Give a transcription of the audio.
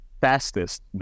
fastest